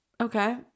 Okay